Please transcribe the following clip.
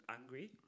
angry